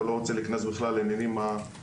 אני לא רוצה להיכנס בכלל לעניינים הפוליטיים.